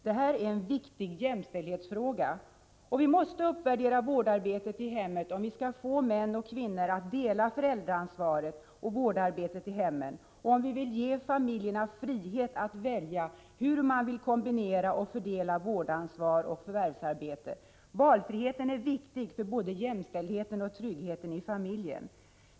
Detta är en viktig jämlikhetsfråga. Vi måste uppvärdera vårdarbetet i hemmet om vi skall få män och kvinnor att dela föräldraansvaret och vårdarbetet i hemmen och om vi vill ge familjerna frihet att välja hur de vill kombinera och fördela vårdansvar och förvärvsarbete. Valfriheten är viktig för både jämställdheten och tryggheten i familjen.